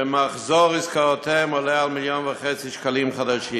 ועוסקים שמחזור עסקאותיהם עולה על 1.5 מיליון שקלים חדשים.